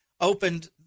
opened